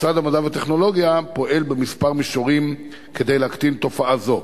משרד המדע והטכנולוגיה פועל בכמה מישורים כדי להקטין תופעה זו: